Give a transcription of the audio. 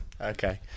Okay